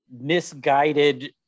misguided